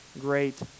great